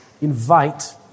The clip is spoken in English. invite